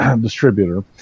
distributor